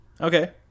okay